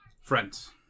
friends